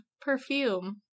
perfume